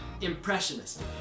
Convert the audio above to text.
Impressionist